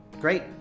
Great